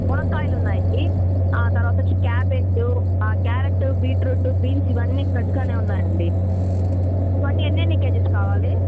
మునక్కాయలున్నాయి ఆ తరువాతొచ్చి cabbage carrot beetroot ఇవన్నీ ఫ్రెష్ గానే ఉన్నాయండి ఇవన్నీ ఎన్నెన్ని కేజీస్ కావాలి